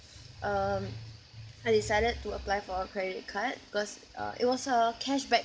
um I decided to apply for a credit card because uh it was a cashback